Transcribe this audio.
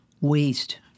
waste